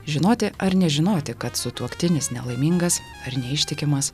žinoti ar nežinoti kad sutuoktinis nelaimingas ar neištikimas